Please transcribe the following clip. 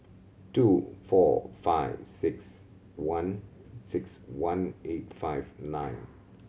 two four five six one six one eight five nine